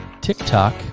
TikTok